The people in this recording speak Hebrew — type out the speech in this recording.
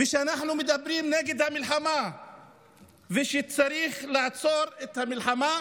וכשאנחנו מדברים נגד המלחמה ושצריך לעצור את המלחמה,